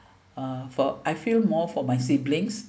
uh for I feel more for my siblings